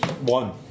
One